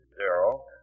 zero